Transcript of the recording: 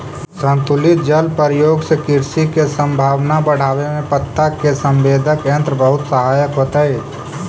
संतुलित जल प्रयोग से कृषि के संभावना बढ़ावे में पत्ता के संवेदक यंत्र बहुत सहायक होतई